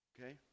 Okay